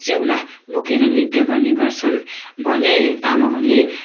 सेउला बोकेर नृत्य गर्ने गर्छन् भने तामाङहरूले